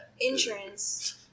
insurance